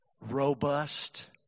Robust